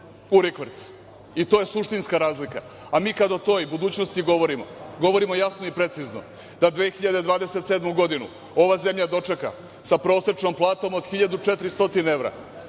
u rikverc i to je suštinska razlika. A mi, kada o toj budućnosti govorimo, govorimo jasno i precizno da 2027. godinu ova zemlja dočeka sa prosečnom platom od 1.400 evra,